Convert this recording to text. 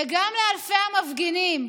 וגם לאלפי המפגינים,